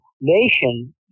Nation